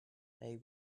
they